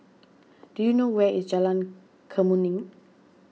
do you know where is Jalan Kemuning